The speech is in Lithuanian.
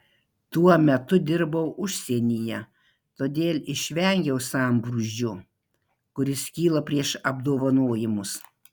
tuo metu dirbau užsienyje todėl išvengiau sambrūzdžio kuris kyla prieš apdovanojimus